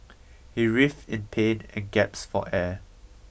he writhed in pain and gasped for air